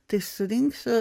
tai surinksiu